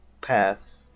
path